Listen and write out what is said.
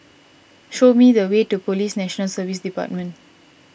show me the way to Police National Service Department